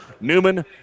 Newman